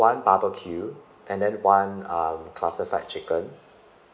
one barbecue and then one um classified chicken